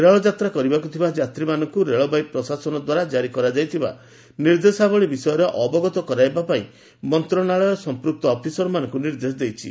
ରେଳଯାତ୍ରା କରିବାକୁ ଥିବା ଯାତ୍ରୀମାନଙ୍କୁ ରେଳବାଇ ପ୍ରଶାସନ ଦ୍ୱାରା ଜାରି କରାଯାଇଥିବା ନିର୍ଦ୍ଦେଶାବଳୀ ବିଷୟରେ ଅବଗତ କରାଇବା ପାଇଁ ମନ୍ତ୍ରଣାଳୟ ସଂପୃକ୍ତ ଅଫିସରମାନଙ୍କୁ ନିର୍ଦ୍ଦେଶ ଦେଇଛି